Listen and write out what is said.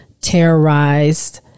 terrorized